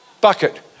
bucket